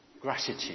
gratitude